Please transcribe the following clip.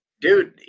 dude